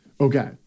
Okay